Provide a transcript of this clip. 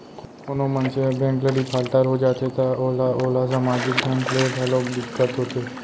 कोनो मनसे ह बेंक ले डिफाल्टर हो जाथे त ओला ओला समाजिक ढंग ले घलोक दिक्कत होथे